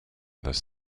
this